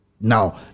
now